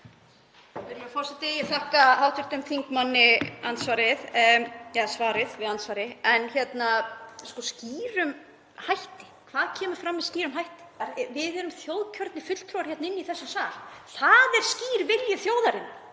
þingmanni svarið við andsvari. — Með skýrum hætti? Hvað kemur fram með skýrum hætti? Við erum þjóðkjörnir fulltrúar hérna inni í þessum sal. Það er skýr vilji þjóðarinnar,